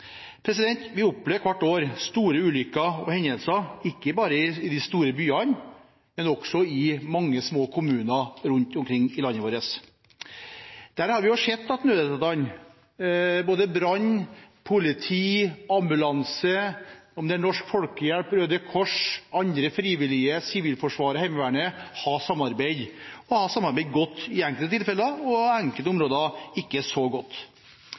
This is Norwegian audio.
oss. Vi opplever hvert år store ulykker og store hendelser, ikke bare i de store byene, men også i mange små kommuner rundt omkring i landet vårt. Da har vi sett at nødetatene og andre instanser – brannvesenet, politiet, ambulansetjenesten, Norsk Folkehjelp, Røde Kors, andre frivillige, Sivilforsvaret og Heimevernet – har samarbeidet. I enkelte tilfeller har de samarbeidet godt, og i andre tilfeller ikke så godt.